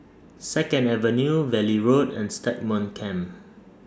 Second Avenue Valley Road and Stagmont Camp